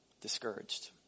discouraged